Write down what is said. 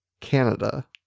Canada